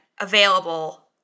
available